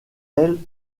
elle